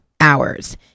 hours